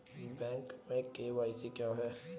Bank में KYC क्या है?